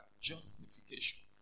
justification